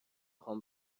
خوام